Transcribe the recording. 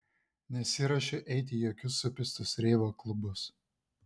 nesiruošiu eiti į jokius supistus reivo klubus